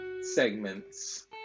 segments